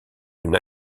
une